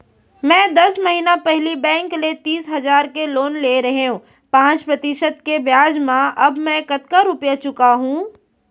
मैं दस महिना पहिली बैंक ले तीस हजार के लोन ले रहेंव पाँच प्रतिशत के ब्याज म अब मैं कतका रुपिया चुका हूँ?